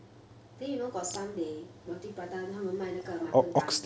then you know got some they roti prata 他们卖那个 mutton curry